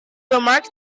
remarks